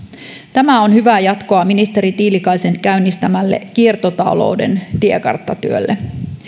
tämä on hyvää jatkoa ministeri tiilikaisen käynnistämälle kiertotalouden tiekarttatyölle